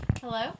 Hello